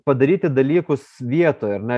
padaryti dalykus vietoj ar ne